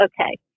okay